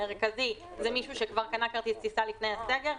המרכזי זה מישהו שכבר קנה כרטיס טיסה לפני הסגר.